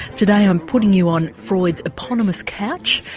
today i'm putting you on freud's eponymous couch,